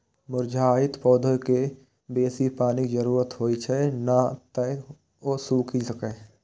मुरझाइत पौधाकें बेसी पानिक जरूरत होइ छै, नै तं ओ सूखि सकैए